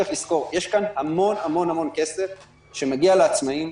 צריך לזכור שיש פה המון-המון כסף שמגיע לעצמאיים,